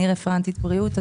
אני רפרנטית בריאות,